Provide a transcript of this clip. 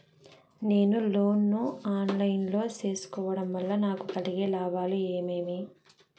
నేను లోను ను online లో సేసుకోవడం వల్ల నాకు కలిగే లాభాలు ఏమేమీ?